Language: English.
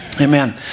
Amen